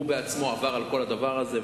הוא בעצמו עבר על כל הדבר הזה,